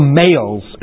males